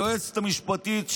היועצת המשפטית,